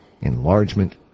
enlargement